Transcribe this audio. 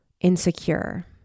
insecure